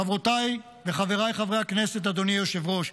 רבותיי וחבריי חברי הכנסת, אדוני היושב-ראש,